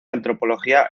antropología